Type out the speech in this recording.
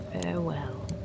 Farewell